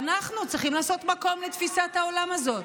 ואנחנו צריכים לעשות מקום לתפיסה העולם הזאת.